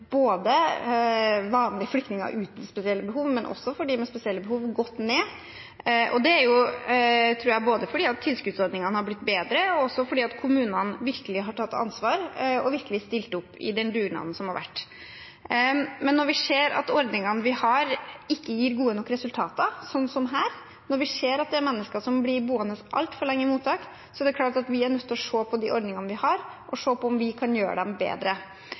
flyktninger uten spesielle behov, men også for dem med spesielle behov, gått ned. Jeg tror det er fordi tilskuddsordningene er blitt bedre, og også fordi kommunene har tatt ansvar og virkelig har stilt opp i den dugnaden som har vært. Men når vi ser at ordningene vi har, ikke gir gode nok resultater, sånn som her, når vi ser at det er mennesker som blir boende altfor lenge i mottak, er det klart at vi er nødt til å se på de ordningene vi har, om vi kan gjøre dem bedre.